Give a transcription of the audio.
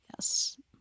Yes